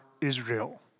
Israel